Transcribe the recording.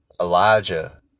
Elijah